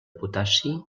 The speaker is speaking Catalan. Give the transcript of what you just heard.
potassi